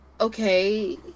okay